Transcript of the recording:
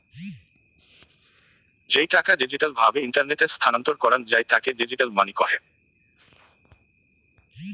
যেই টাকা ডিজিটাল ভাবে ইন্টারনেটে স্থানান্তর করাঙ যাই তাকে ডিজিটাল মানি কহে